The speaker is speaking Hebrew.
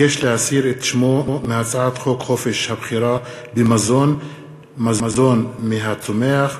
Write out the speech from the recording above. ביקש להסיר את שמו מהצעת חוק חופש הבחירה במזון (מזון מהצומח),